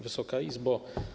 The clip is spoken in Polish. Wysoka Izbo!